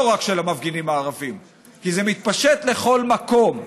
לא רק של המפגינים הערבים, כי זה מתפשט לכל מקום.